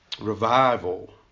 revival